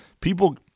people